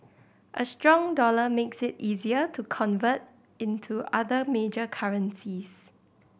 a strong dollar makes it easier to convert into other major currencies